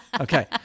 Okay